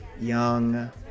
young